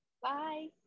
Bye